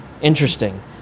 interesting